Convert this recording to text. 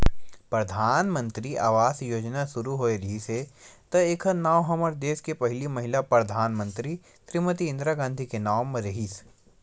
परधानमंतरी आवास योजना सुरू होए रिहिस त एखर नांव हमर देस के पहिली महिला परधानमंतरी श्रीमती इंदिरा गांधी के नांव म रिहिस